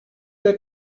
der